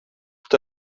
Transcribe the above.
tout